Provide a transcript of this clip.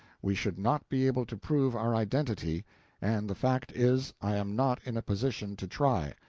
we should not be able to prove our identity and the fact is, i am not in a position to try.